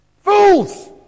Fools